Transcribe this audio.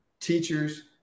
teachers